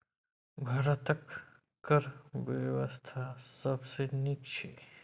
भारतक कर बेबस्था सबसँ नीक छै